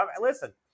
Listen